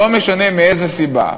לא משנה מאיזה סיבה,